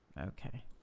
Okay